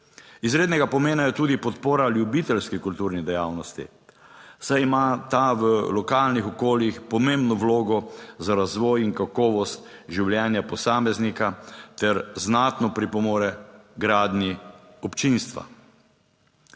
Izrednega pomena je tudi podpora ljubiteljski kulturni dejavnosti, saj ima ta v lokalnih okoljih pomembno vlogo za razvoj in kakovost življenja posameznika ter znatno pripomore h gradnji občinstva.